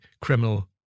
criminal